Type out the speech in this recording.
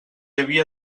havia